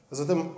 zatem